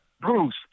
Bruce